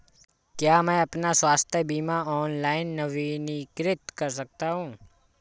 क्या मैं अपना स्वास्थ्य बीमा ऑनलाइन नवीनीकृत कर सकता हूँ?